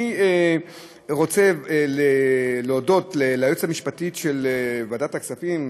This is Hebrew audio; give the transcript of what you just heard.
אני רוצה להודות ליועצת המשפטית של ועדת הכספים,